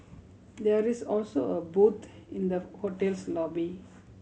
there is also a booth in the hotel's lobby